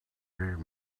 gave